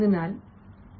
അതിനാൽ പിശകുകളൊന്നുമില്ല